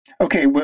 Okay